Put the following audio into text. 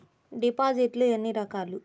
డిపాజిట్లు ఎన్ని రకాలు?